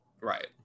Right